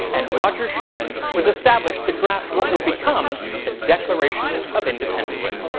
and roger sherman was established to draft what would become the declaration of independence.